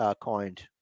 coined